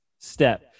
step